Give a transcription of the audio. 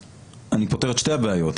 אני פותר את שתי הבעיות,